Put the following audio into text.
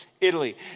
Italy